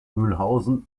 mühlhausen